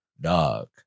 Dog